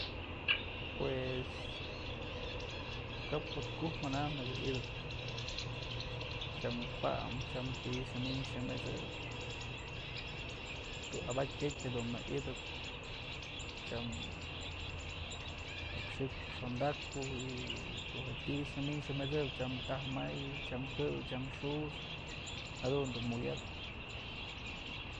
Pues kap jo'ot ku'uk mana nëkë idëp tyam pam tyam ti'i nya mi'in nya met'sëb tu'u abakyatë dun na'a itëp tyam ok xi'ik ok xondakpë y ko'o je'e ti'i nya mi'in nya met'sëp tyam taj may tyam jëw tyam xut's jadun dun jukytëp.